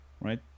right